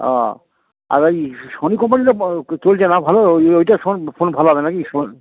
ও আর এই সোনি কম্পানিরও পা চলছে না ভালো ওই ওইটা সোনি ফোন ভালো হবে নাকি সোনি